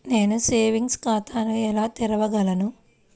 నేను సేవింగ్స్ ఖాతాను ఎలా తెరవగలను?